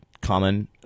common